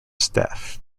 staff